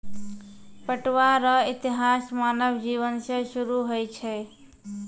पटुआ रो इतिहास मानव जिवन से सुरु होय छ